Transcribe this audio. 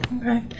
Okay